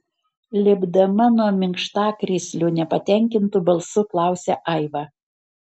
lipdama nuo minkštakrėslio nepatenkintu balsu klausia aiva